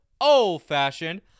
old-fashioned